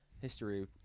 History